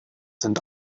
sind